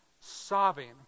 sobbing